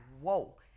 whoa